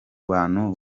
bantu